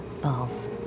balls